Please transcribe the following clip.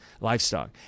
livestock